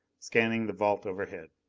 scanning the vault overhead.